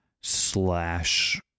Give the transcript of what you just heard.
slash